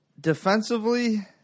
defensively